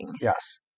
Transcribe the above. Yes